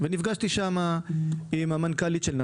ואני עסוק באיך לגרום לכך שיהיה כדאי להשקיע במדינת ישראל.